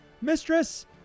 Mistress